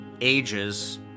ages